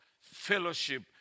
fellowship